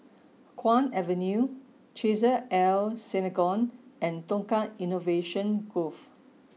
Kwong Avenue Chesed El Synagogue and Tukang Innovation Grove